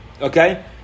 okay